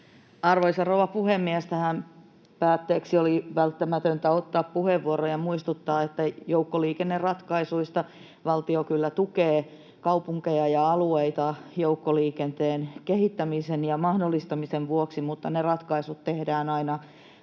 Arvoisa rouva puhemies! Tähän päätteeksi oli välttämätöntä ottaa puheenvuoro ja muistuttaa, että joukkoliikenneratkaisujen osalta valtio kyllä tukee kaupunkeja ja alueita joukkoliikenteen kehittämisen ja mahdollistamisen vuoksi, mutta ne ratkaisut tehdään aina